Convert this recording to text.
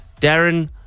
Darren